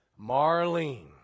Marlene